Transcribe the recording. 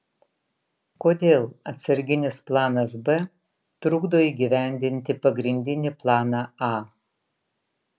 kodėl atsarginis planas b trukdo įgyvendinti pagrindinį planą a